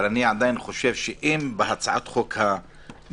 אבל אני עדיין חושב שאם בהצעת החוק המקורית,